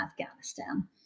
Afghanistan